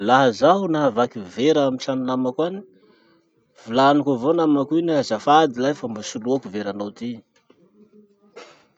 Laha zaho nahavaky vera amy trano namako any, volaniko avao namako iny azafady lahy fa mbo ho soloako veranao ty.